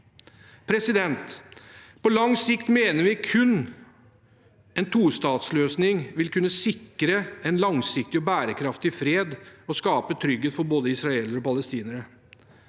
befolkning. På lang sikt mener vi kun en tostatsløsning vil kunne sikre en langsiktig og bærekraftig fred og skape trygghet for både israelere og palestinere.